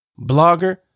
blogger